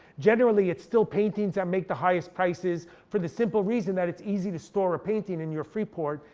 generally, it's still paintings that make the highest prices for the simple reason that it's easy to store a painting in your free port,